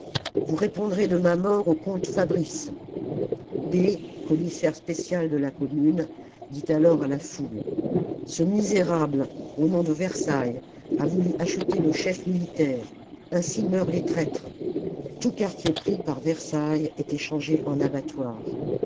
vous répondrez de ma mort au comte de fabrice p commissaire spécial de la commune dit alors à la foule ce misérable au nom de versailles a voulu acheter nos chefs militaires ainsi meurent les traîtres tout quartier pris par versailles était changé en abattoir